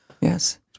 Yes